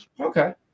Okay